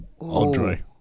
Andre